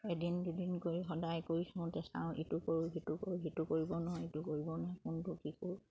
এদিন দুদিন কৰি সদায় কৰি চাওঁ সিটো কৰোঁ সেইটো কৰিব নোৱাৰোঁ ইটো কৰিব নোৱাৰি কোনটো কি কৰোঁ